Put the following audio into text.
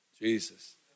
Jesus